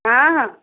ହଁ ହଁ